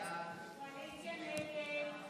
ומשלמים את המחיר המתמשך.